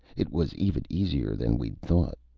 it was even easier than we'd thought.